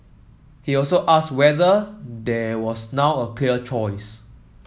he also asked whether there was now a clear choice